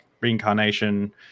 reincarnation